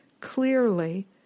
clearly